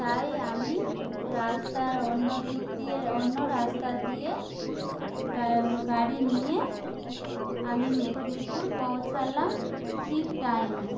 তাই আমি রাস্তার অন্য দিক দিয়ে অন্য রাস্তা দিয়ে গাড়ি নিয়ে আমি মেদিনীপুর পৌঁছালাম ঠিক টাইমে